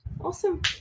Awesome